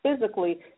physically